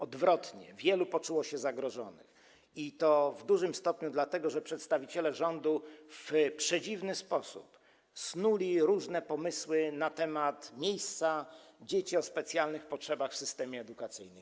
Odwrotnie: wielu poczuło się zagrożonych, i to w dużym stopniu dlatego, że przedstawiciele rządu w przedziwny sposób snuli różne pomysły na temat miejsca dzieci o specjalnych potrzebach w systemie edukacyjnym.